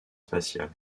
spatiale